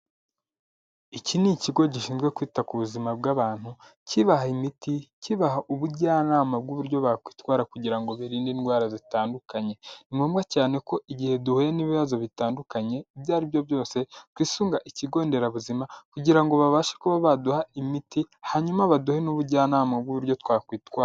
Iki ni ikigo gishinzwe kwita ku buzima bw'abantu, kibaha imiti, kibaha ubujyanama bw'uburyo bakwitwara kugira ngo birinde indwara zitandukanye. Ni ngombwa cyane ko igihe duhuye n'ibibazo bitandukanye ibyo ari byo byose twisunga ikigo nderabuzima kugira ngo babashe kuba baduha imiti, hanyuma baduhe n'ubujyanama bw'uburyo twakwitwara.